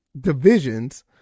divisions